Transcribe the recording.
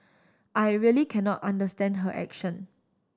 I really cannot understand her action